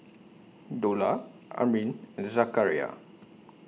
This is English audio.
Dollah Amrin and Zakaria